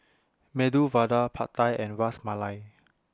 Medu Vada Pad Thai and Ras Malai